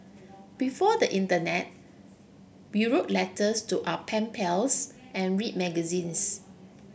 before the internet we wrote letters to our pen pals and read magazines